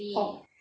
orh